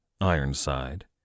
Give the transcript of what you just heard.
Ironside